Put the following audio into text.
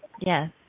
Yes